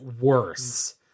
worse